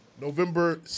November